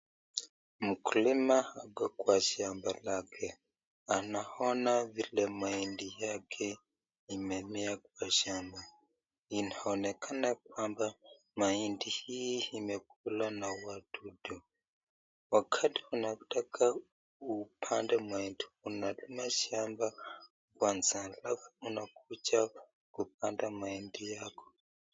Mkulima ako kwa shamba lake, anaona vile mahindi yake imemea kwa shamba, inaonekana kwamba mahindi hii imekulwa na wadudu, wakati unataka kupanda mahindi unalima shamba kwanza alafu unakuja kupanda mahindi yako.